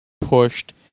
pushed